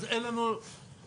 אז אין לנו, זה הסיפור.